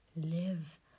live